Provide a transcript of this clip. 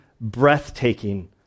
breathtaking